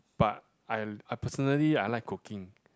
but I I personally I like cooking